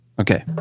Okay